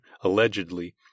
allegedly